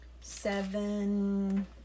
seven